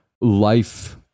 life